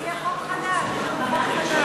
תציע חוק חדש, זה חוק חדש.